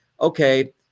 okay